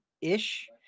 ish